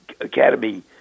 Academy